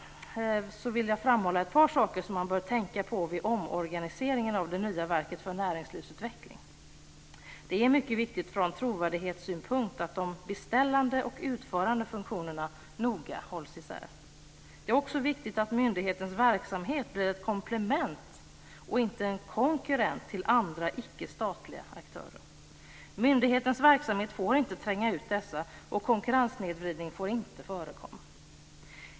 Till sist vill jag framhålla ett par saker som man bör tänka på vid omorganiseringen av det nya verket för näringslivsutveckling. Det är mycket viktigt från trovärdighetssynpunkt att de beställande och utförande funktionerna noga hålls isär. Det är också viktigt att myndighetens verksamhet blir ett komplement och inte en konkurrent till andra icke statliga aktörer. Myndighetens verksamhet får inte tränga ut dessa, och konkurrenssnedvridning får inte förekomma.